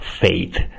faith